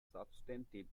substantive